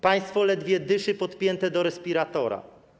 Państwo ledwie dyszy podpięte do respiratora.